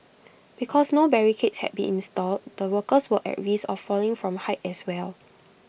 because no barricades had been installed the workers were at risk of falling from height as well